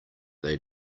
they